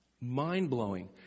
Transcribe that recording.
mind-blowing